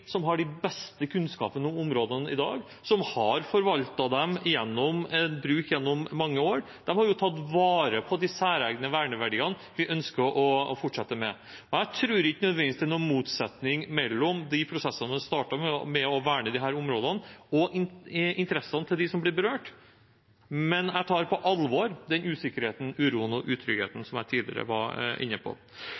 som har den beste kunnskapen om områdene i dag, som har forvaltet dem gjennom bruk gjennom mange år. De har tatt vare på de særegne verneverdiene vi ønsker å fortsette med. Jeg tror ikke nødvendigvis det er noen motsetning mellom de prosessene som er startet med å verne disse områdene, og interessene til dem som blir berørt, men jeg tar på alvor den usikkerheten, uroen og utryggheten